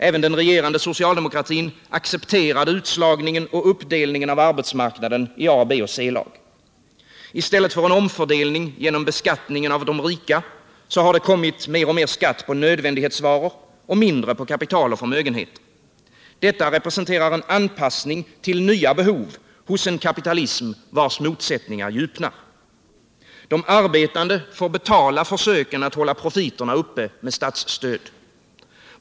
Även socialdemokratin accepterade då den regerade utslagningen och uppdelningen av arbetsmarknaden i A-, B och C-lag. I stället för en omfördelning genom beskattningen av de rika har det kommit mer och mer skatt på nödvändighetsvaror och mindre på kapital och förmögenhet. Detta representerar en anpassning till nya behov hos en kapitalism vars motsättningar djupnar. De arbetande får betala försöken att hålla profiterna uppe med statsstöd.